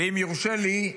ואם יורשה לי,